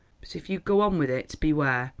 but if you go on with it, beware!